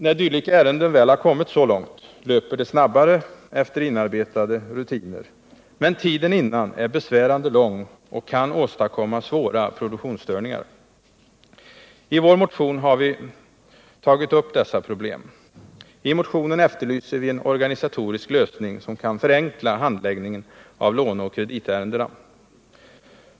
När dylika ärenden väl har kommit så långt löper de snabbare efter inarbetade rutiner. Men tiden innan är besvärande lång och kan åstadkomma svåra produktionsstörningar. I vår motion har vi tagit upp dessa problem. I motionen efterlyser vi en organisatorisk lösning som kan förenkla handläggningen av låneoch kreditärendena.